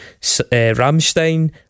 Ramstein